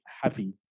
happy